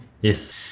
Yes